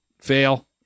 Fail